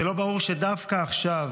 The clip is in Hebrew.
זה לא ברור שדווקא עכשיו,